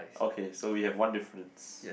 okay so we have one difference